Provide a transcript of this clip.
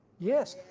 yes.